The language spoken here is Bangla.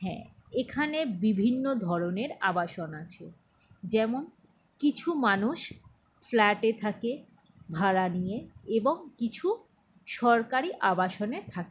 হ্যাঁ এখানে বিভিন্ন ধরণের আবাসন আছে যেমন কিছু মানুষ ফ্ল্যাটে থাকে ভাড়া নিয়ে এবং কিছু সরকারি আবাসনে থাকে